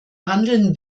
handeln